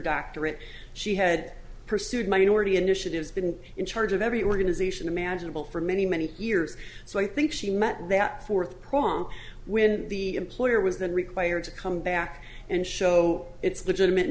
doctorate she had pursued minority initiatives been in charge of every organization imaginable for many many years so i think she meant that fourth prong when the employer was not required to come back and show it's legitimate